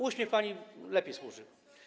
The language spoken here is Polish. Uśmiech pani lepiej służy.